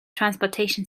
transportation